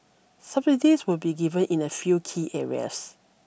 subsidies will be given in a few key areas